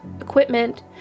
equipment